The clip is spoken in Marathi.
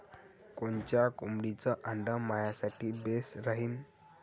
कोनच्या कोंबडीचं आंडे मायासाठी बेस राहीन?